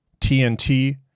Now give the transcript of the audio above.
TNT